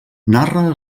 narra